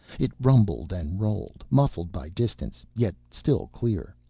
it rumbled and rolled, muffled by distance, yet still clear.